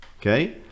Okay